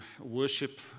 worship